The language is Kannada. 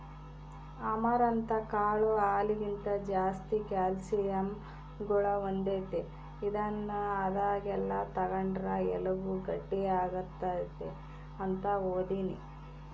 ಅಮರಂತ್ ಕಾಳು ಹಾಲಿಗಿಂತ ಜಾಸ್ತಿ ಕ್ಯಾಲ್ಸಿಯಂ ಗುಣ ಹೊಂದೆತೆ, ಇದನ್ನು ಆದಾಗೆಲ್ಲ ತಗಂಡ್ರ ಎಲುಬು ಗಟ್ಟಿಯಾಗ್ತತೆ ಅಂತ ಓದೀನಿ